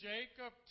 Jacob